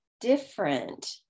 different